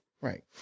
Right